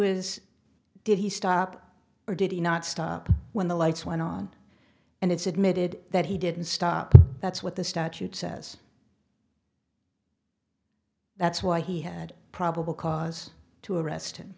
is did he stop or did he not stop when the lights went on and it's admitted that he didn't stop that's what the statute says that's why he had probable cause to arrest him